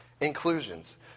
inclusions